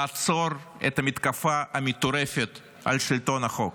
לעצור את המתקפה המטורפת על שלטון החוק,